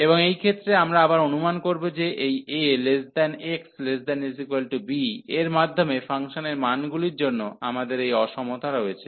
এবং এই ক্ষেত্রে আবার আমরা অনুমান করব যে এই ax≤b এর মধ্যে ফাংশনের মানগুলির জন্য আমাদের এই অসমতা রয়েছে